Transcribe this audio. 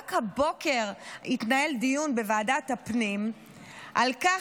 רק הבוקר התנהל דיון בוועדת הפנים על כך